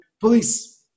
police